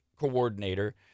coordinator